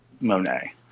Monet